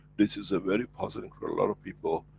this is a very positive for a lot of people.